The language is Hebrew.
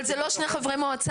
אבל אלה לא שני חברי מועצה.